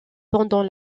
pendant